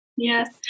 Yes